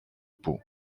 pau